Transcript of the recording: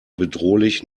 bedrohlich